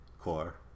core